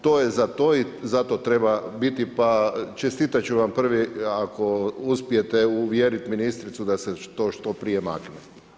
To je za to treba biti, pa čestitati ću vam prvi ako uspijete uvjeriti ministricu da se to što prije makne.